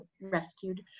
rescued